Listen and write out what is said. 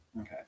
Okay